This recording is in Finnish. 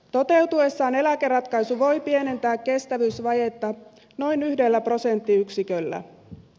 toteutuessaan eläkeratkaisu voi pienentää kestävyysvajetta noin yhdellä prosenttiyksiköllä